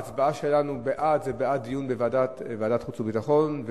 ההצבעה שלנו בעד היא בעד דיון בוועדת החוץ והביטחון.